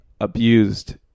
abused